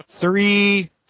three